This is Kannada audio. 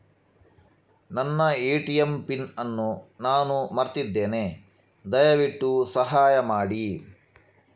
ನನ್ನ ಎ.ಟಿ.ಎಂ ಪಿನ್ ಅನ್ನು ನಾನು ಮರ್ತಿದ್ಧೇನೆ, ದಯವಿಟ್ಟು ಸಹಾಯ ಮಾಡಿ